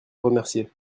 remercier